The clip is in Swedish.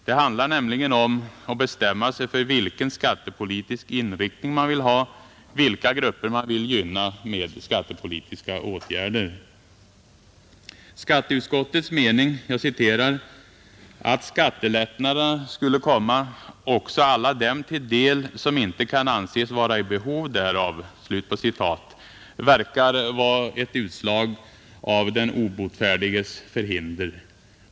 Det handlar nämligen om att bestämma sig för vilken skattepolitisk inriktning man vill ha, vilka grupper man vill gynna med skattepolitiska åtgärder. Skatteutskottets mening ”att skattelättnaderna skulle komma också alla dem till del som inte kan anses vara i behov därav” verkar vara ett utslag av den obotfärdiges förhinder.